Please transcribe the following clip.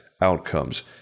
outcomes